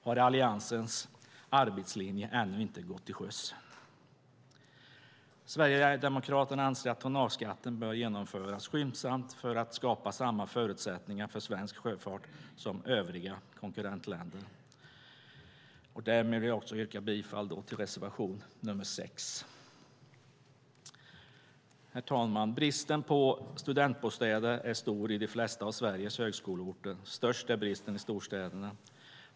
Har Alliansens arbetslinje ännu inte gått till sjöss? Sverigedemokraterna anser att tonnageskatten bör genomföras skyndsamt för att skapa samma förutsättningar för svensk sjöfart som övriga konkurrentländer har. Därmed vill jag yrka bifall till reservation nr 6. Herr talman! Bristen på studentbostäder är stor i de flesta av Sveriges högskoleorter. Störst är bristen i storstäderna.